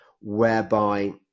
whereby